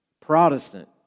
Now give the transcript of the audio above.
Protestant